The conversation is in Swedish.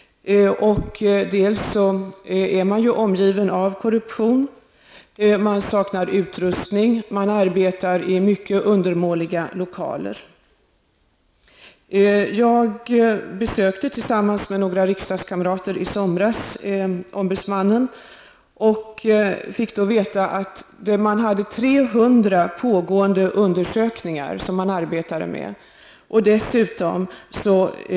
Man är omgiven av korruption. Det saknas utrustning. Man arbetar i mycket undermåliga lokaler. Tillsammans med några riksdagskamrater besökte jag i somras ombudsmannen. Vi fick då veta att det pågick 300 undersökningar och att 100 rättegångar hade avslutats. Detta är alltså ett arbete för att stärka mänskliga rättigheter i Uganda. TIllsammans med några riksdagskamrater besökte jag i somras ombudsmannen.